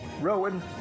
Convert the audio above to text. Rowan